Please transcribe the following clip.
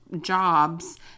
jobs